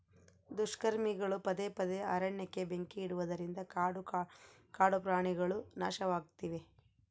ದುಷ್ಕರ್ಮಿಗಳು ಪದೇ ಪದೇ ಅರಣ್ಯಕ್ಕೆ ಬೆಂಕಿ ಇಡುವುದರಿಂದ ಕಾಡು ಕಾಡುಪ್ರಾಣಿಗುಳು ನಾಶವಾಗ್ತಿವೆ